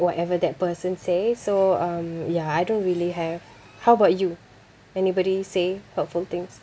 whatever that person say so um ya I don't really have how about you anybody say hurtful things